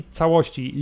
całości